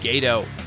gato